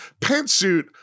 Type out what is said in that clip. pantsuit